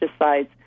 pesticides